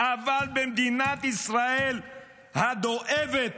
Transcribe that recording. אבל במדינת ישראל הדואבת,